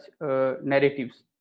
narratives